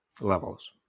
levels